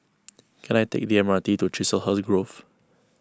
can I take the M R T to Chiselhurst Grove